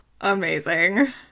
Amazing